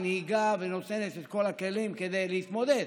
מנהיגה ונותנת את כל הכלים כדי להתמודד